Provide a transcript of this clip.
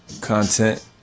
content